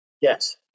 Yes